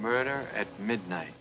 murder at midnight